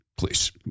please